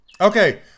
Okay